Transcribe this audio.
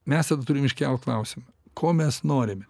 mes turim iškelt klausimą ko mes norime